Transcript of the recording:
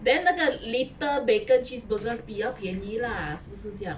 then 那个 little bacon cheeseburger 比较便宜 lah 是不是这样